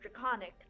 draconic